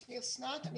שמי אסנת,